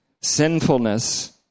sinfulness